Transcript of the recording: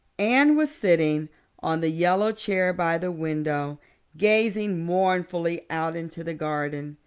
anne was sitting on the yellow chair by the window gazing mournfully out into the garden.